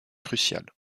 crucial